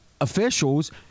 officials